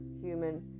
human